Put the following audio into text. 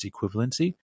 equivalency